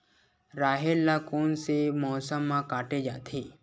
राहेर ल कोन से मौसम म काटे जाथे?